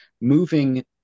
moving